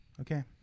okay